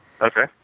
Okay